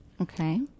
Okay